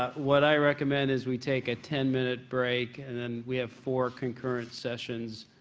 ah what i recommend is we take a ten minute break, and then we have four concurrent sessions,